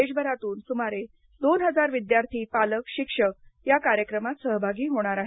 देशभरातून सुमारे दोन हजार विद्यार्थी पालक शिक्षक या कार्यक्रमात सहभागी होणार आहेत